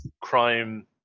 crime